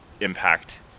impact